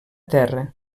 terra